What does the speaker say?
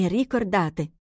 ricordate